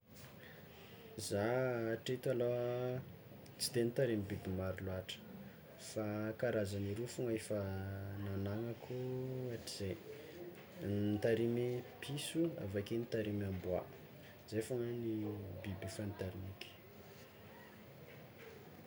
Zah atreto alôha tsy de nitarimy biby maro loatra fa karazagny roa fôgna efa nanagnako hatrizay, nitarimy piso, avake nitarimy amboa, zay fôgna biby efa nitarimiko.